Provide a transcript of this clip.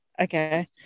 Okay